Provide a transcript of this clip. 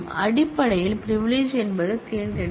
அடிப்படையில் பிரிவிலிஜ் என்பதைத் தேர்ந்தெடுங்கள்